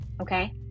okay